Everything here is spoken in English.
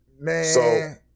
Man